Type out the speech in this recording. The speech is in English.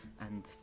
and-